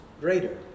greater